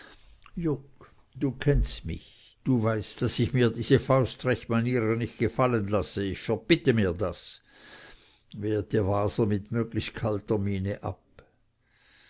du kennst mich du weißt daß ich mir diese faustrechtmanieren nicht gefallen lasse ich verbitte mir das wehrte waser mit möglichst kalter miene ab